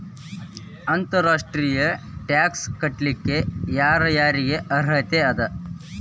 ಅಂತರ್ ರಾಷ್ಟ್ರೇಯ ಟ್ಯಾಕ್ಸ್ ಕಟ್ಲಿಕ್ಕೆ ಯರ್ ಯಾರಿಗ್ ಅರ್ಹತೆ ಅದ?